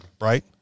right